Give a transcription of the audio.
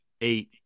eight